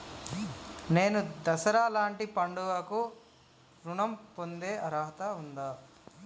నేను దసరా లాంటి పండుగ కు ఋణం పొందే అర్హత ఉందా?